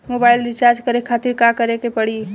Mobile recharge करे खातिर का करे के पड़ी?